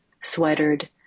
sweatered